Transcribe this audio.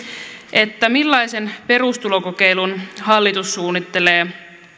millaisen perustulokokeilun hallitus suunnittelee